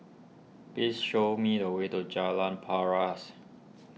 please show me the way to Jalan Paras